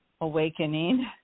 awakening